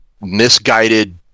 misguided